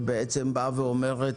שבאה ואומרת: